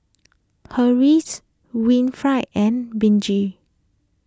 Harriet Winnifred and Benji